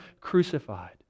crucified